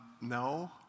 No